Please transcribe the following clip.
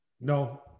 No